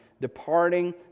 Departing